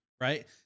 Right